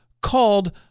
called